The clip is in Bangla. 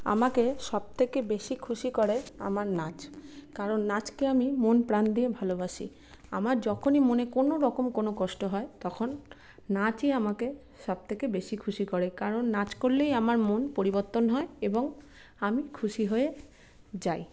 আমাকে সব থেকে বেশি খুশি করে আমার নাচ কারণ নাচকে আমি মন প্রাণ দিয়ে ভালোবাসি আমার যখনই মনে কোনো রকম কোনো কষ্ট হয় তখন নাচই আমাকে সব থেকে বেশি খুশি করে কারণ নাচ করলেই আমার মন পরিবর্তন হয় এবং আমি খুশি হয়ে যাই